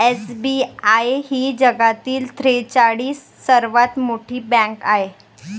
SBI ही जगातील त्रेचाळीस सर्वात मोठी बँक आहे